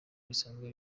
bisanzwe